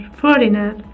foreigner